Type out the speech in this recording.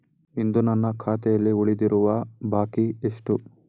ಇಂದು ನನ್ನ ಖಾತೆಯಲ್ಲಿ ಉಳಿದಿರುವ ಬಾಕಿ ಎಷ್ಟು?